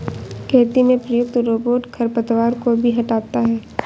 खेती में प्रयुक्त रोबोट खरपतवार को भी हँटाता है